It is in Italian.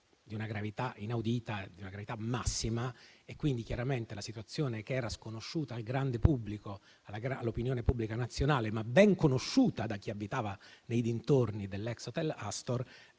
di una minore è un evento di una gravità massima e inaudita. Chiaramente la situazione, che era sconosciuta al grande pubblico, all'opinione pubblica nazionale, ma ben conosciuta da chi abitava nei dintorni dell'ex hotel Astor,